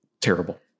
Terrible